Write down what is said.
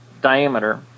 diameter